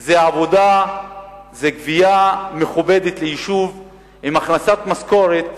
זאת גבייה מכובדת ליישוב עם הכנסת משכורת